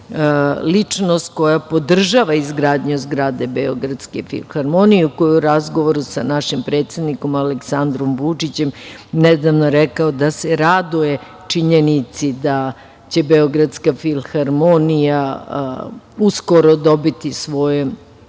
ličnost koja podržava izgradnju zgrade Beogradske filharmonije, koji je u razgovoru na našim predsednikom Aleksandrom Vučićem nedavno rekao da se raduje činjenici da će Beogradska filharmonija uskoro dobiti svoju